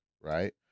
right